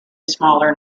smaller